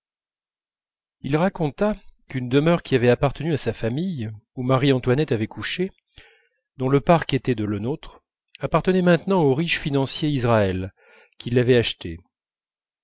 il raconta qu'une demeure qui avait appartenu à sa famille où marie-antoinette avait couché dont le parc était de lenôtre appartenait maintenant aux riches financiers israël qui l'avaient achetée